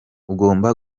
ugomba